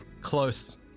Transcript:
Close